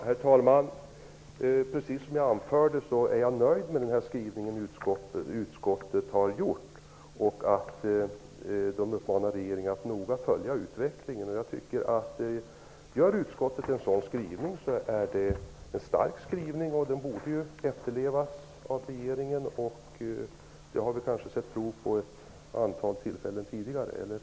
Herr talman! Precis som jag anförde är jag nöjd med den skrivning som utskottet har gjort. Man uppmanar regeringen att noga följa utvecklingen. Utskottets skrivning är en stark skrivning som borde efterlevas av regeringen. Det har vi sett prov på vid ett antal tillfällen tidigare, eller hur?